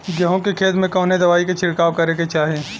गेहूँ के खेत मे कवने दवाई क छिड़काव करे के चाही?